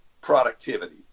productivity